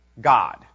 God